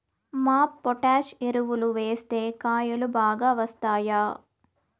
MOP potash ఎరువులు వేస్తే కాయలు బాగా వస్తాయా?